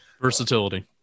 Versatility